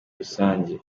rusange